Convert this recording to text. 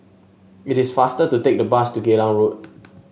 it is faster to take the bus to Geylang Road